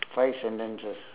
five sentences